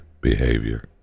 behavior